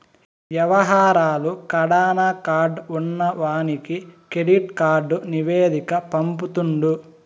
యవహారాలు కడాన కార్డు ఉన్నవానికి కెడిట్ కార్డు నివేదిక పంపుతుండు